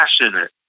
passionate